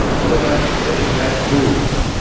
perhaps they had moods.